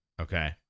okay